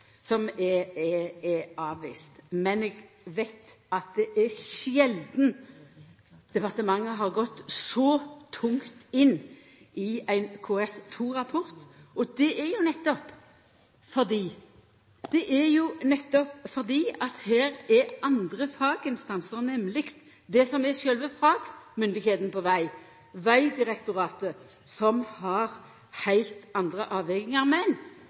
ingen KS2-rapport som er avvist, men eg veit at det er sjeldan departementet har gått så tungt inn i ein KS2-rapport. Det er nettopp fordi det her er ein annan faginstans, nemleg dei som er sjølve fagmyndigheita når det gjeld veg, Vegdirektoratet, som har heilt andre avvegingar. Men